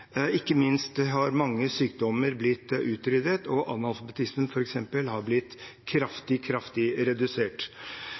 Ikke minst har mange sykdommer blitt utryddet, og analfabetismen har f.eks. blitt